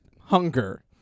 hunger